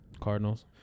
Cardinals